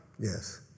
Yes